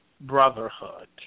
brotherhood